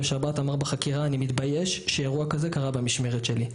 שבת אמר בחקירה: אני מתבייש שאירוע כזה קרה במשמרת שלי,